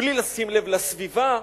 בלי לשים לב לסביבה,